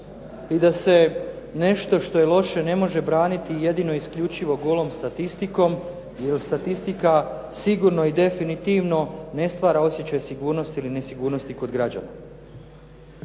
i da se nešto što je loše ne može braniti jedino i isključivo golom statistikom jer statistika sigurno i definitivno ne stvara osjećaj sigurnosti ili nesigurnosti kod građana.